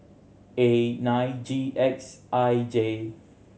A nine G X I J